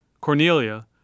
Cornelia